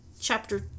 chapter